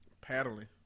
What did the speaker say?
Paddling